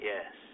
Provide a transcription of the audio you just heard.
Yes